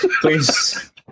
please